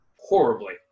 horribly